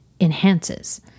enhances